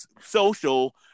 social